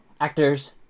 actors